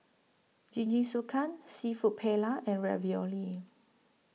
Jingisukan Seafood Paella and Ravioli